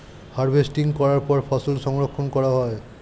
harvesting করার পরে ফসল সংরক্ষণ করা হয়